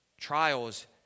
trials